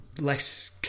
less